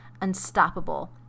unstoppable